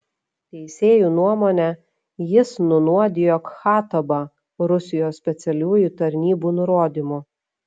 teisėjų nuomone jis nunuodijo khattabą rusijos specialiųjų tarnybų nurodymu